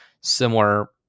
similar